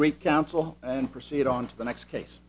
great council and proceed on to the next case